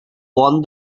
won